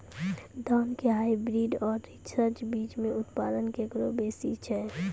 धान के हाईब्रीड और रिसर्च बीज मे उत्पादन केकरो बेसी छै?